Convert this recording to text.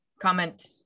comment